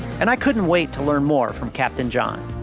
and i couldn't wait to learn more from captain john.